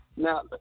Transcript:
Now